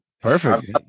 perfect